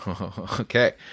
Okay